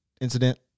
incident